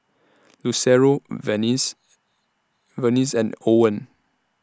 Lucero Vernice Vernice and Owen